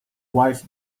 wife